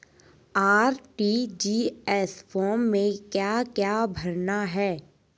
RTGS form में क्या क्या भरना है?